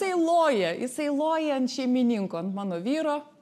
tai loja jisai loja ant šeimininko ant mano vyro